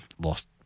lost